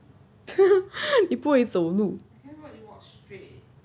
你不会走路